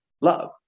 love